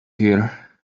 here